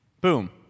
boom